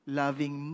loving